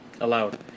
allowed